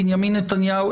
בנימין נתניהו,